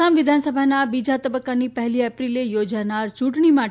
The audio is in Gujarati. આસામ વિધાનસભાની બીજા તબક્કાની પહેલી એપ્રિલે યોજાનાર ચૂંટણી માટે